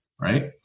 right